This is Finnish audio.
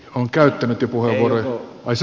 sitä ei taida olla